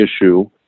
issue